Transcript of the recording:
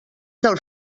del